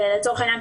לצורך העניין,